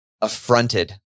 affronted